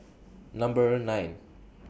Number nine